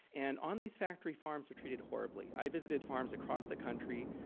and on these factory farms, they're treated horribly. i visited farms across the country.